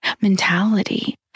mentality